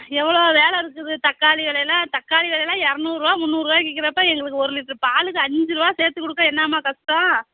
எவ்வளோ வேலை இருக்குது தக்காளி விலைலாம் தக்காளி விலைலாம் இரநூறுவா முன்னூறுரூவாய்க்கி விற்கிறப்ப எங்களுக்கு ஒரு லிட்ரு பாலுக்கு அஞ்சு ரூபா சேர்த்து கொடுக்க என்னாமா கஷ்டம்